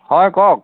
হয় কওক